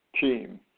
team